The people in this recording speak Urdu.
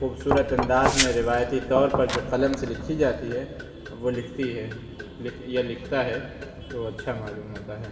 خوبصورت انداز میں روایتی طور پر جو قلم سے لکھی جاتی ہے وہ لکھتی ہے یا لکھتا ہے تو اچھا معلوم ہوتا ہے